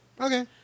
Okay